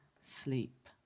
sleep